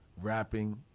rapping